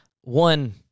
One